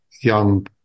young